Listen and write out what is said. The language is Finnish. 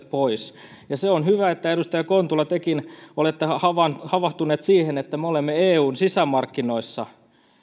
pois se on hyvä että edustaja kontula tekin olette havahtunut siihen että me olemme eun sisämarkkinoilla